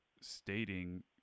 stating